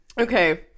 okay